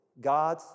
God